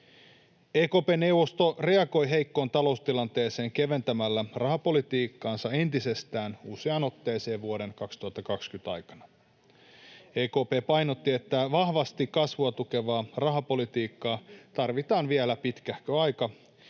EKP:n neuvosto reagoi heikkoon taloustilanteeseen keventämällä rahapolitiikkaansa entisestään useaan otteeseen vuoden 2020 aikana. EKP painotti, että vahvasti kasvua tukevaa rahapolitiikkaa tarvitaan vielä pitkähkö aika,